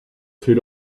fait